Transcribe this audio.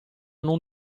non